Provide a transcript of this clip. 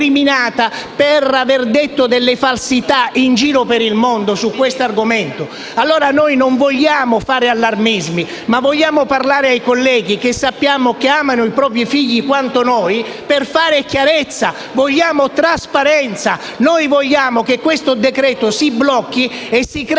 per aver detto delle falsità in giro per il mondo su questo argomento. Noi non vogliamo fare allarmismi, ma vogliamo parlare ai colleghi, che amano i propri figli quanto noi, per fare chiarezza. Vogliamo trasparenza. Vogliamo che questo decreto si blocchi e si creino